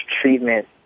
Treatment